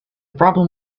problem